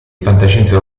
fantascienza